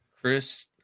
chris